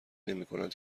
نمیکنند